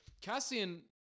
Cassian